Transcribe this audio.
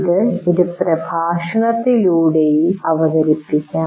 ഇത് ഒരു പ്രഭാഷണത്തിലൂടെ അവതരിപ്പിക്കാം